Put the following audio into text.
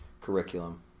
curriculum